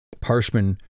parchment